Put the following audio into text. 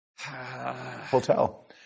Hotel